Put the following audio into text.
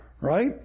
Right